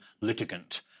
litigant